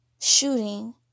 shooting